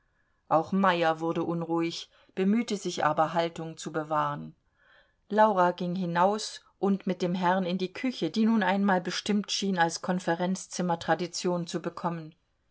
auch meyer wurde unruhig bemühte sich aber haltung zubewahren laura ging hinaus und mit dem herrn in die küche die nun einmal bestimmt schien als konferenzzimmer tradition zu bekommen